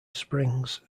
springs